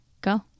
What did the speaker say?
Go